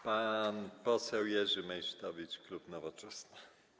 Pan poseł Jerzy Meysztowicz, klub Nowoczesna.